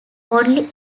only